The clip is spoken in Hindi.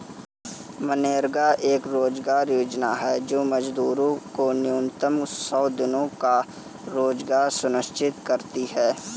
मनरेगा एक रोजगार योजना है जो मजदूरों को न्यूनतम सौ दिनों का रोजगार सुनिश्चित करती है